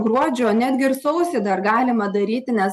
gruodžio netgi ir sausį dar galima daryti nes